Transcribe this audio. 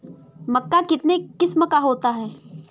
मक्का कितने किस्म की होती है?